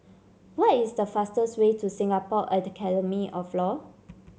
what is the fastest way to Singapore of Law